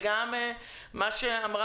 המוצרים האלה כלא כשרים ואז יכסו אותם.